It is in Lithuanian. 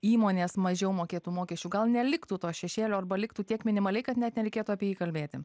įmonės mažiau mokėtų mokesčių gal neliktų to šešėlio arba liktų tiek minimaliai kad net nereikėtų apie jį kalbėti